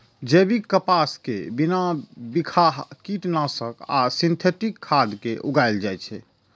जैविक कपास कें बिना बिखाह कीटनाशक आ सिंथेटिक खाद के उगाएल जाए छै